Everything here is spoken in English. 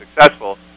successful